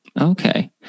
okay